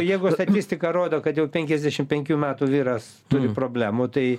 jeigu statistika rodo kad jau penkiasdešim penkių metų vyras turi problemų tai